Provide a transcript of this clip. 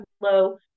low